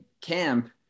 camp